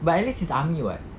but at least he's army [what]